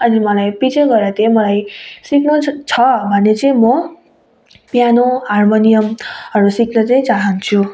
अनि मलाई पछि गएर चाहिँ मलाई सिक्नु छ भने चाहिँ म प्यानो हार्मोनियम हरू सिक्न चाहिँ चाहन्छु